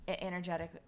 energetic